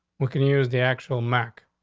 we can use the actual mac.